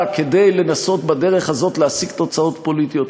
כדי לנסות בדרך הזאת להשיג תוצאות פוליטיות.